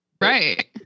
right